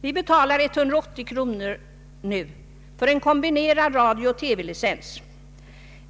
Vi betalar nu 180 kronor för en kombinerad radiooch TV-licens.